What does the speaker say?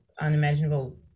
unimaginable